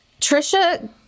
Trisha